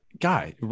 guy